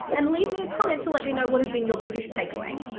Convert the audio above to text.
and leave me a comment to let me know what has been your biggest take-away.